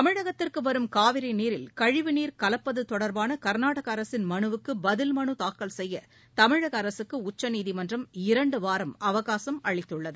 தமிழகத்திற்குவரும் காவிரிநீரில் கழிவு நீர் கலப்பத்தொடர்பானகர்நாடகஅரசின் மனுவுக்குபதில் மனுதாக்கல் செய்யதமிழகஅரசுக்குஉச்சநீதிமன்றம் இரண்டுவாரம் அவகாசம் அளித்துள்ளது